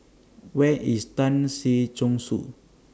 Where IS Tan Si Chong Su